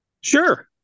Sure